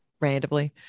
randomly